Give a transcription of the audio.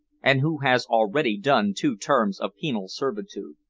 and who has already done two terms of penal servitude.